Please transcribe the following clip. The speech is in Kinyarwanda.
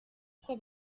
uko